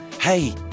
Hey